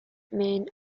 men